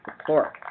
support